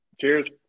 Cheers